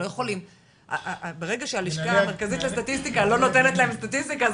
כי ברגע שהלשכה המרכזית לסטטיסטיקה לא נותנת להם סטטיסטיקה,